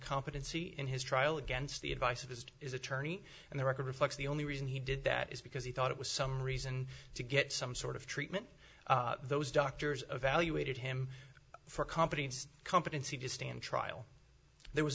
competency in his trial against the advice of his is attorney and the record reflects the only reason he did that is because he thought it was some reason to get some sort of treatment those doctors evaluated him for companies companies he did stand trial there was